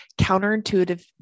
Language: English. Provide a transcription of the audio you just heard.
counterintuitive